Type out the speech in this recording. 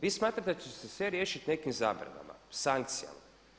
Vi smatrate da će se sve riješiti nekim zabranama, sankcijama.